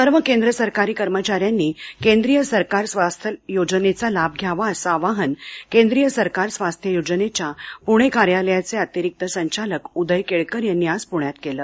सर्व केंद्र सरकारी कर्मचाऱ्यांनी केंद्रीय सरकार स्वास्थ योजनेचा लाभ घ्यावा असं आवाहन केंद्रीय सरकार स्वास्थ योजनेच्या पुणे कार्यालयाचे अतिरिक्त संचालक उदय केळकर यांनी आज पुण्यात केलं